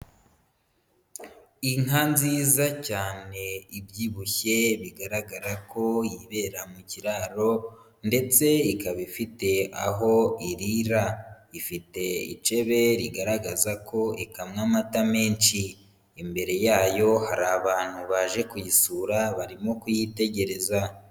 Inka nziza cyane ibyibushye bigaragara ko yibera mu kiraro ndetse ikaba ifite aho irira. Ifite icebe rigaragaza ko ikamwa amata menshi. Imbere yayo hari abantu baje kuyisura barimo kuyitegereza.